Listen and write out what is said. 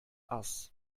ass